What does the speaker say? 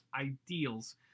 ideals